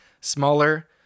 smaller